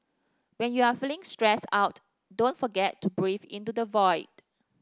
when you are feeling stressed out don't forget to breathe into the void